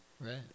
Right